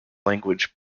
language